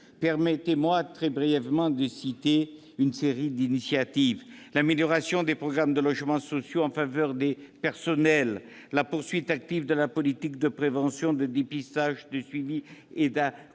Permettez-moi de citer une série d'initiatives : l'amélioration des programmes de logements sociaux en faveur des personnels ; la poursuite active de la politique de prévention, de dépistage, de suivi et